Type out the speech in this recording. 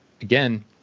again